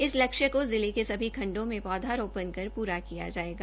इस लक्ष्य को जिले के सभी खण्डों में पौधा रोपण कर पूरा किया जायेगा